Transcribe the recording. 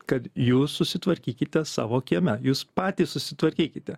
kad jūs susitvarkykite savo kieme jūs patys susitvarkykite